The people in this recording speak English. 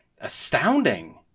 astounding